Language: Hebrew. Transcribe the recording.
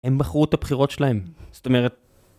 הם בחרו את הבחירות שלהם, זאת אומרת...